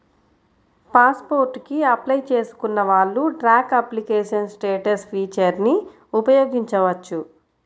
pass port కి apply చేసుకున్న వాళ్ళు ట్రాక్ అప్లికేషన్ స్టేటస్ ఫీచర్ని ఉపయోగించవచ్చు